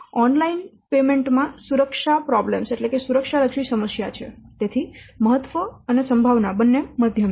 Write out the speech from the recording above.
online ચુકવણી માં સુરક્ષા સમસ્યા છે તેથી મહત્વ અને સંભાવના પણ મધ્યમ છે